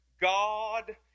God